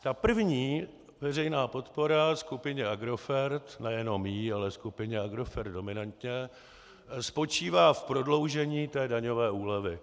Ta první veřejná podpora skupině Agrofert, nejenom jí, ale skupině Agrofert dominantně, spočívá v prodloužení té daňové úlevy.